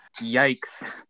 yikes